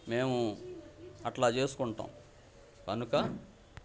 మేము అట్లా చేసుకుంటాం కనుక